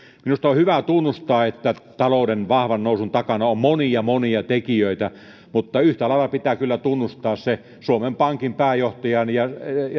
minusta on hyvä tunnustaa että talouden vahvan nousun takana on monia monia tekijöitä mutta yhtä lailla pitää kyllä tunnustaa suomen pankin pääjohtajan ja